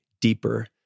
deeper